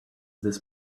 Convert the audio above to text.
this